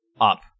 up